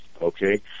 Okay